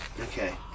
Okay